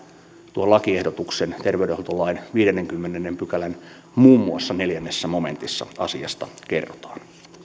tuon lakiehdotuksen terveydenhuoltolain viidennenkymmenennen pykälän muun muassa neljännessä momentissa asiasta kerrotaan